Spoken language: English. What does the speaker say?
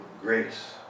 grace